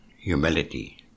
Humility